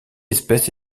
espèce